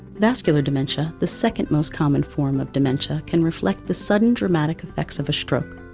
vascular dementia, the second most common form of dementia, can reflect the sudden, dramatic effects of a stroke.